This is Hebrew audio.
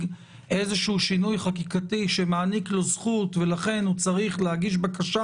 איזשהו שינוי חקיקתי שמעניק לו זכות ולכן הוא צריך להגיש בקשה,